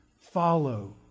Follow